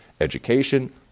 education